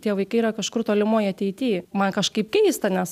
tie vaikai yra kažkur tolimoj ateity man kažkaip keista nes